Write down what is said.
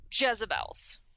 Jezebels